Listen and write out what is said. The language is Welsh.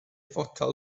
fotel